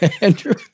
Andrew